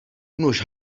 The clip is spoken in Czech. nuž